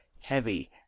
heavy